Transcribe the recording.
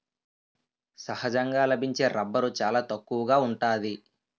సహజంగా లభించే రబ్బరు చాలా తక్కువగా ఉంటాది